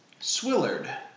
Swillard